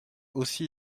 aussi